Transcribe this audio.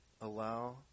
allow